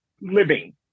living